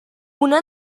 una